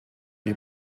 die